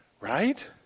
Right